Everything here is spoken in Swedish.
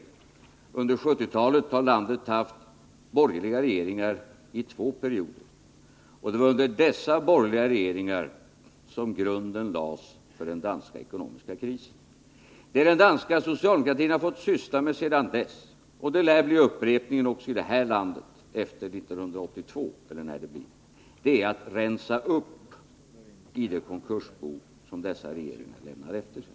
Under 1970-talet har landet haft borgerliga regeringar i två perioder. Det var under dessa borgerliga regeringar som grunden lades för den danska ekonomiska krisen. Vad den danska socialdemokratin har fått syssla med sedan dess — och det lär bli fallet också här i landet efter 1982 eller när det blir — är att rensa upp i det konkursbo som dessa regeringar lämnat efter sig.